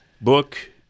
book